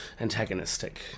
antagonistic